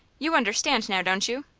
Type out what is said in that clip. you understand now, don't you?